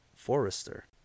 Forester